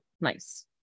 nice